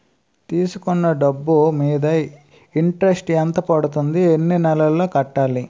తీసుకున్న డబ్బు మీద ఇంట్రెస్ట్ ఎంత పడుతుంది? ఎన్ని నెలలో కట్టాలి?